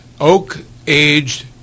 oak-aged